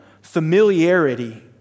familiarity